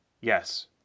yes